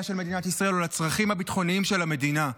של מדינת ישראל או לצרכים הביטחוניים של המדינה.